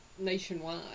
Nationwide